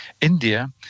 India